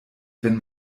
wenn